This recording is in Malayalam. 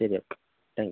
ശരി ഓക്കെ താങ്ക്യൂ